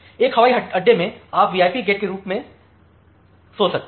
एक हवाई अड्डे में आप वीआईपी गेट के रूप में सोच सकते हैं